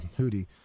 Hootie